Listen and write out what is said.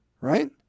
right